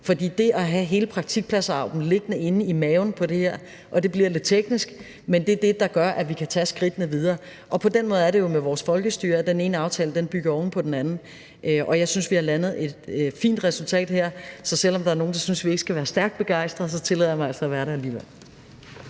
For det at have hele praktikplads-AUB'en liggende inde i maven på det her – og det bliver lidt teknisk – er det, der gør, at vi kan tage skridtene videre. Og på den måde er det jo med vores folkestyre: at den ene aftale bygger oven på den anden. Jeg synes, at vi har landet et fint resultat her. Så selv om der er nogle, der synes, at vi ikke skal være stærkt begejstrede, så tillader jeg mig altså at være det alligevel.